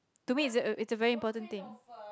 to me it's a it's a very important thing